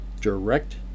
Direct